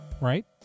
right